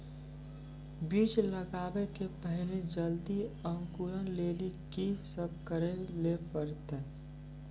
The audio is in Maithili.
बीज लगावे के पहिले जल्दी अंकुरण लेली की सब करे ले परतै?